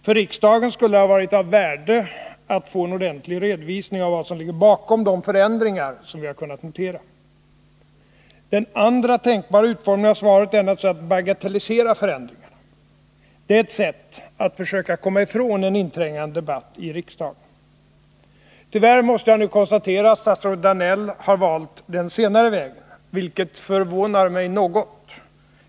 För riksdagen skulle det ha varit av värde att få en ordentlig redovisning av vad som ligger bakom de förändringar vi har kunnat notera. Den andra tänkbara utformningen av svaret är naturligtvis att bagatellisera förändringarna. Det är ett sätt att försöka komma ifrån en inträngande debatt i riksdagen. Tyvärr måste jag nu konstatera att statsrådet Danell har valt den senare vägen, vilket förvånar mig något.